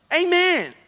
Amen